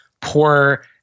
poor